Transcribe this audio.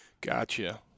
Gotcha